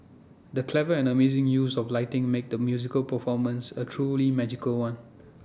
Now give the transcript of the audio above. the clever and amazing use of lighting made the musical performance A truly magical one